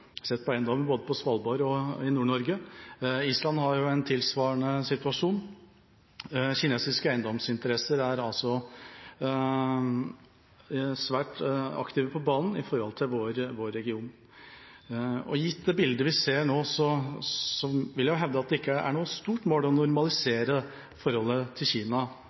sett på eiendommer både på Svalbard og i Nord-Norge. Island har en tilsvarende situasjon. Kinesiske eiendomsinteresser er altså svært aktive og på banen i vår region. Gitt det bildet vi ser nå, vil jeg hevde at det ikke er noe stort mål å normalisere forholdet til Kina